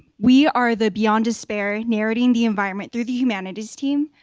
we are the beyond despair, narrating the environment through the humanities team,